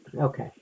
Okay